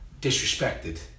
disrespected